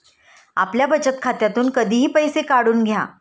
आपल्या बचत खात्यातून कधीही पैसे काढून घ्या